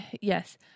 yes